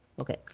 Okay